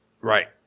Right